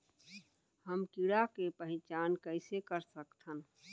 हम कीड़ा के पहिचान कईसे कर सकथन